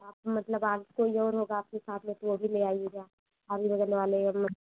आप मतलब आगे कोई और होगा आपके साथ में तो वो भी ले आइएगा रहने वाले